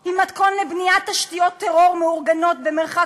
היא מתכון לבניית תשתיות טרור מאורגנות במרחק